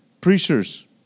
preachers